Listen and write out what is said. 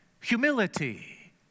humility